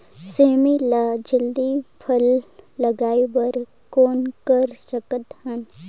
सेमी म जल्दी फल लगाय बर कौन कर सकत हन?